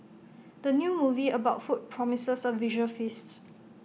the new movie about food promises A visual feast